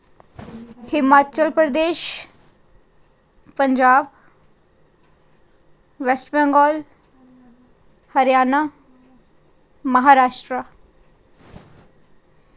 Himachal Pradesh Punjab belt Bengal Haryana Maharashtra